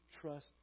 trust